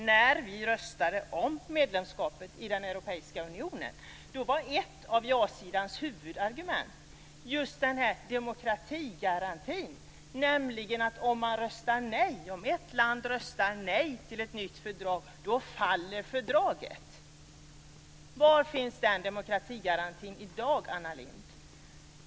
När vi röstade om medlemskapet i Europeiska unionen var ett av ja-sidans huvudargument den här demokratigarantin om att om ett land röstar nej till ett nytt fördrag faller fördraget. Var finns den demokratigarantin i dag, Anna Lindh?